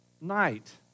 night